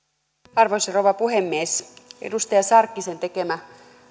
arvoisa rouva puhemies edustaja sarkkisen tekemä